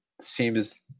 seems